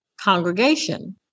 congregation